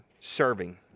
serving